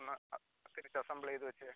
ഒന്ന് തിരിച്ച് അസ്സെംബ്ള് ചെയ്ത് വെച്ചേ